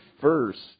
first